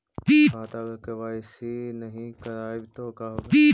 खाता अगर के.वाई.सी नही करबाए तो का होगा?